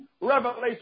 revelation